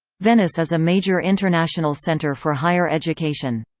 venice is a major international centre for higher education.